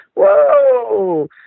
whoa